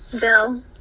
bill